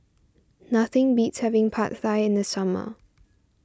nothing beats having Pad Thai in the summer